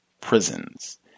prisons